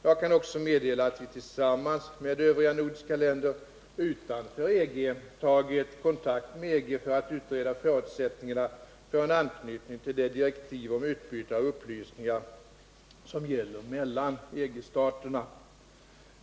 Jag kan också meddela att vi tillsammans med övriga nordiska länder utanför EG tagit kontakt med EG för att utreda förutsättningarna för en anknytning till det direktiv om utbyte av upplysningar som gäller mellan EG-staterna.